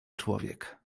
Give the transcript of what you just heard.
człowiek